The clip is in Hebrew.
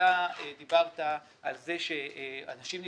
אתה דיברת על זה שאנשים נפגעים,